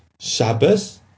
Shabbos